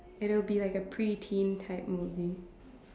and it'll be like a pre teen type movie